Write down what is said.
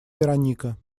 вероника